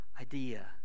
idea